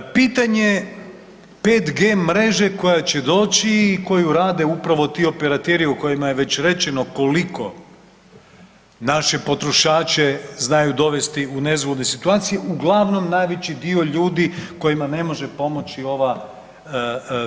Pitanje 5G mreže koja će doći i koju rade upravo ti operateri o kojima je već rečeno koliko naše potrošače znaju dovesti u nezgodne situacije, uglavnom najveći dio ljudi kojima ne može pomoći ova